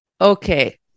Okay